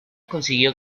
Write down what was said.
consiguió